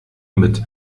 mit